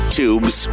tubes